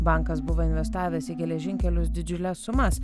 bankas buvo investavęs į geležinkelius didžiules sumas